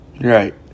Right